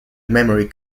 memory